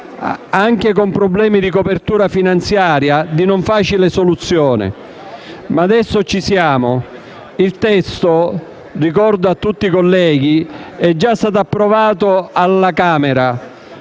anche con problemi di copertura finanziaria di non facile soluzione, ma adesso ci siamo. Il testo, ricordo a tutti i colleghi, è già stato approvato alla Camera;